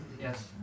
Yes